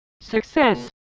success